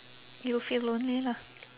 you'll feel lonely lah